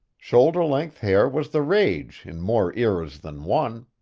shoulder-length hair was the rage in more eras than one.